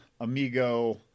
amigo